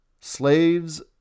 Slaves